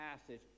passage